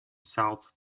south